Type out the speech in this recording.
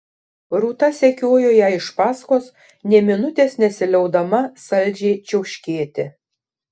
rūta sekiojo jai iš paskos nė minutės nesiliaudama saldžiai čiauškėti